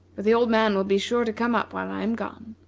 for the old man will be sure to come up while i am gone.